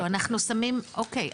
אוקי,